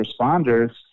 responders